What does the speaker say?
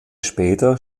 später